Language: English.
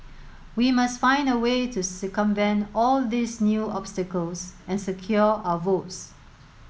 we must find a way to circumvent all these new obstacles and secure our votes